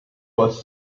was